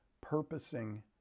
purposing